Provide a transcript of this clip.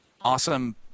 awesome